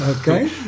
okay